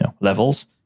levels